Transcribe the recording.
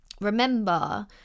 remember